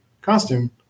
costume